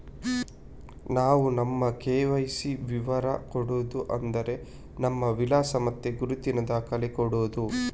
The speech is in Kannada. ನಾವು ನಮ್ಮ ಕೆ.ವೈ.ಸಿ ವಿವರ ಕೊಡುದು ಅಂದ್ರೆ ನಮ್ಮ ವಿಳಾಸ ಮತ್ತೆ ಗುರುತಿನ ದಾಖಲೆ ಕೊಡುದು